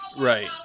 Right